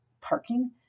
parking